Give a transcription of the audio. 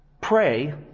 pray